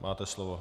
Máte slovo.